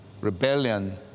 rebellion